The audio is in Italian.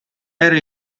era